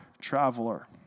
traveler